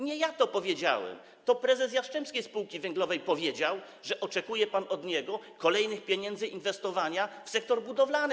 Nie ja to powiedziałem, to prezes Jastrzębskiej Spółki Węglowej powiedział, że oczekuje pan od niego kolejnych pieniędzy, inwestowania, także w sektor budowlany.